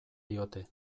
diote